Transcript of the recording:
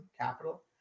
capital